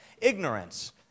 ignorance